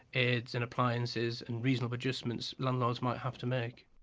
aids and appliances and reasonable adjustments landlords might have to make